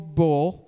bull